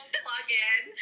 plug-in